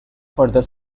further